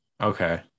okay